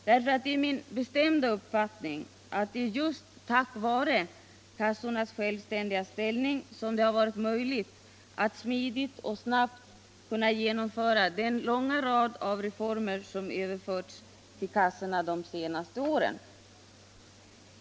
Det är min bestämda uppfattning att det är just tack vare kassornas självständiga ställning som det har varit möjligt att smidigt och snabbt kunna genomföra den långa raden av reformer de senaste åren, som inneburit en överföring av arbetsuppgifter till kassorna.